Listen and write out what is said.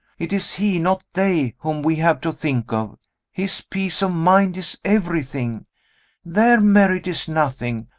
it is he, not they, whom we have to think of his peace of mind is everything their merit is nothing.